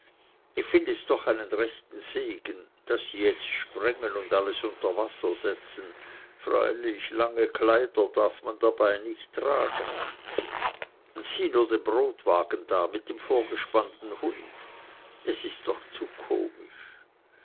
ich find es doch einen rechten segen daß sie jetzt sprengen und alles unter wasser setzen freilich lange kleider darf man dabei nicht tragen und sieh nur den brotwagen da mit dem vorgespannten hund es ist doch zu komisch